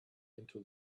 into